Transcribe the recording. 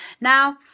now